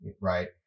right